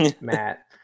Matt